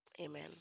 Amen